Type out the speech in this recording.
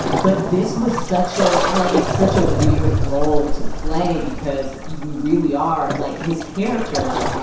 but this was such a like it's such a weird role to play because you really are like his character